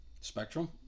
Spectrum